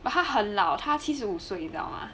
but 他很老他七十五岁你懂吗